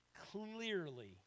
clearly